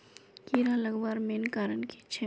कीड़ा लगवार मेन कारण की छे?